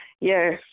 yes